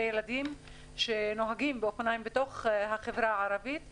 ילדים בחברה הערבית שנוהגים באופניים,